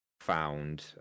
found